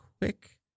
quick